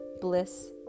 bliss